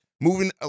Moving